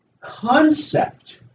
concept